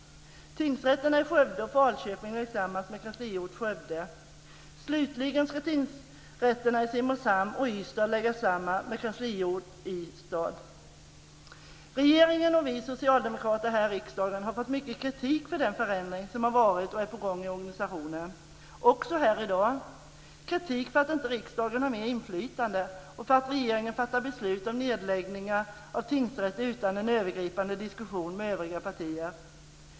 Tingsrätterna i Skövde och Falköping läggs samman med kansliort i Skövde. Slutligen ska tingsrätterna i Simrishamn och Ystad läggas samman med kansliort i Ystad. Regeringen och vi socialdemokrater här i riksdagen har fått mycket kritik för den förändring som har varit och är på gång i organisationen, också här i dag. Det är kritik för att riksdagen inte har mer inflytande och för att regeringen fattar beslut om nedläggningar av tingsrätter utan en övergripande diskussion med övriga partier.